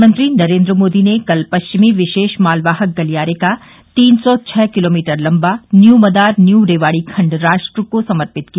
प्रधानमंत्री नरेन्द्र मोदी ने कल पश्चिमी विशेष मालवाहक गलियारे का तीन सौ छः किलोमीटर लंबा न्यू मदार न्यू रेवाड़ी खंड राष्ट्र को समर्पित किया